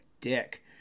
dick